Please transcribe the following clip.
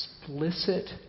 explicit